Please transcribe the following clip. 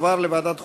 לוועדת החוקה,